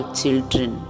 children